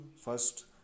First